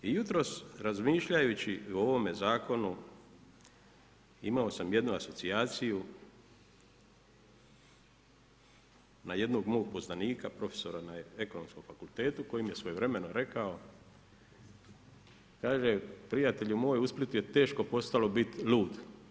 I jutros razmišljajući o ovome zakonu, imao sam jednu asocijaciju, na jednog mog poznanika, profesora na ekonomskom fakultetu, koji je svojevremeno rekao, kaže, prijatelju moj u Splitu je teško postalo biti lud.